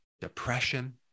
depression